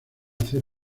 hacer